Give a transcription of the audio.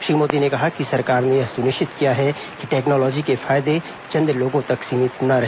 श्री मोदी ने कहा कि सरकार ने यह सुनिश्चित किया है कि टेक्नोलॉजी के फायदे चंद लोगों तक सीमित न रहे